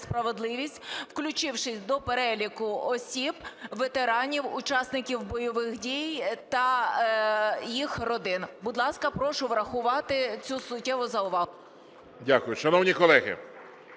несправедливість, включивши до переліку осіб ветеранів, учасників бойових дій та їх родин. Будь ласка, прошу врахувати це суттєве зауваження. ГОЛОВУЮЧИЙ. Дякую. Шановні колеги,